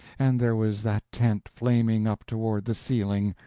and there was that tent flaming up toward the ceiling!